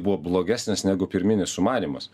buvo blogesnis negu pirminis sumanymas